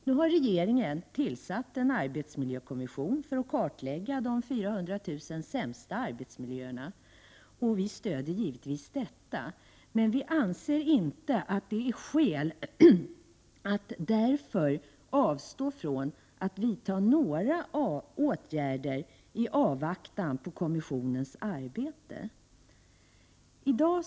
Nu har regeringen tillsatt en arbetsmiljökommission för att kartlägga de 400 000 sämsta arbetsmiljöerna, och vi stöder givetvis detta. Men vi anser inte att det finns skäl att avstå från åtgärder i avvaktan på att kommissionens arbete har slutförts.